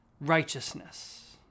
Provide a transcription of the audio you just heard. righteousness